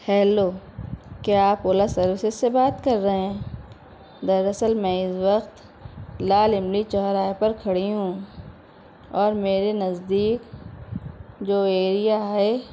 hello کیا آپ Ola services سے بات کر رہے ہیں دراصل میں اس وقت لال املی چوراہے پر کھڑی ہوں اور میرے نزدیک جو ایریا ہے